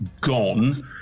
gone